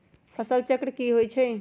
फसल चक्र की होइ छई?